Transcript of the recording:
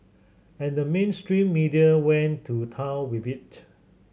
and the mainstream media went to town with it